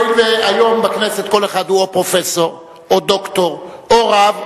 הואיל והיום בכנסת כל אחד הוא או פרופסור או דוקטור או רב,